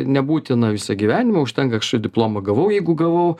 nebūtina visą gyvenimą užtenka kažkokį diplomą gavau jeigu gavau